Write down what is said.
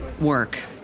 work